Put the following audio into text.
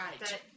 Right